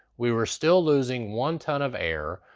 we were still losing one ton of air,